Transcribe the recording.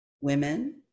women